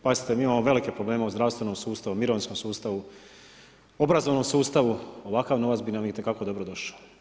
Pazite mi imamo velike probleme u zdravstvenom sustavu, mirovinskom sustavu, obrazovnom sustavu, ovakav novac bi nam itekako dobrodošao.